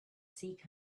seek